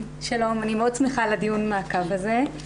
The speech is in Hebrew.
שלום, אני מאוד שמחה על דיון המעקב הזה.